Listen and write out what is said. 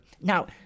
Now